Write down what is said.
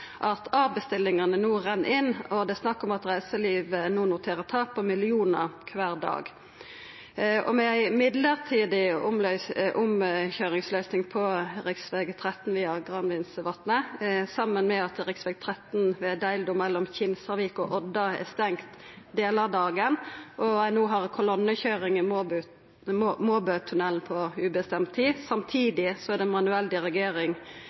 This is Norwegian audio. at avbestillingane no renn inn, og det er snakk om at reiselivet no noterer tap på millionar kvar dag. Ein har ei midlertidig omkøyringsløysing på rv. 13 via Granvinsvatnet, saman med at rv. 13 ved Deildo mellom Kinsarvik og Odda er stengd delar av dagen, og ein har no kolonnekøyring i Måbøtunnelen på ubestemt tid. Samtidig er det manuell